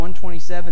127